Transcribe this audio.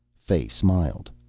fay smiled.